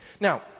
Now